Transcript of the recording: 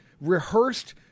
rehearsed